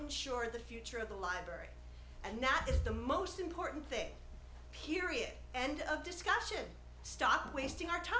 ensure the future of the library and that is the most important thing period end of discussion stop wasting our time